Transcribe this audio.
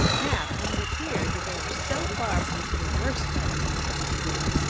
now when it appeared that they were so far from becoming worse by the use of this food,